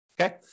okay